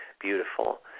Beautiful